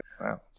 Wow